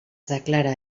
declara